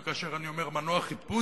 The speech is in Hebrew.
וכאשר אני אומר "מנוע חיפוש",